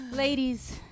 Ladies